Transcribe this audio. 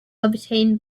obtain